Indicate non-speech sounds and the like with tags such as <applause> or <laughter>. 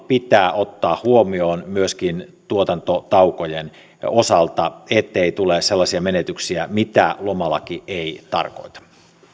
<unintelligible> pitää ottaa huomioon myöskin tuotantotaukojen osalta ettei tule sellaisia menetyksiä mitä lomalaki ei tarkoita